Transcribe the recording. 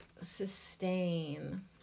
sustain